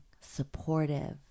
supportive